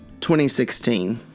2016